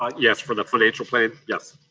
ah yes, for the financial plan. yes.